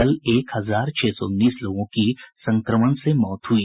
कल एक हजार छह सौ उन्नीस लोगों की संक्रमण से मौत हुई